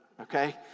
Okay